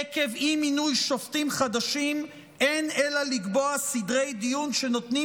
עקב אי-מינוי שופטים חדשים אין אלא לקבוע סדרי דיון שנותנים